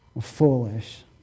Foolish